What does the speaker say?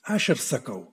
aš ir sakau